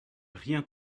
rien